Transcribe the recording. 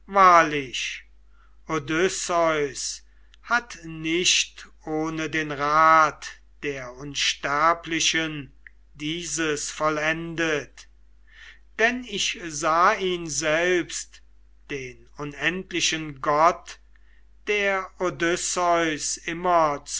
hat nicht ohne den rat der unsterblichen dieses vollendet denn ich sah ihn selbst den unendlichen gott der odysseus immer